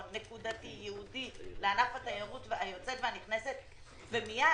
נקודתי ייעודי לענף התיירות היוצאת והנכנסת ומיד,